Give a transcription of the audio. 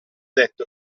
detto